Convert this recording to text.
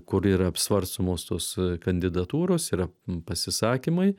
kur yra apsvarstomos tos kandidatūros yra pasisakymai